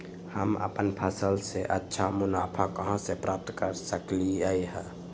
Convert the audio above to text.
हम अपन फसल से अच्छा मुनाफा कहाँ से प्राप्त कर सकलियै ह?